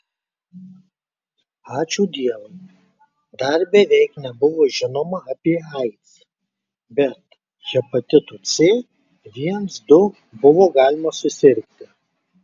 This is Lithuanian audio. ačiū dievui dar beveik nebuvo žinoma apie aids bet hepatitu c viens du buvo galima susirgti